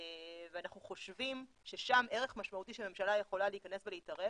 ואנחנו חושבים ששם ערך משמעותי שהממשלה יכולה להיכנס ולהתערב